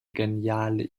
geniale